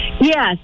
Yes